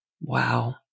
Wow